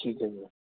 ਠੀਕ ਹੈ ਜੀ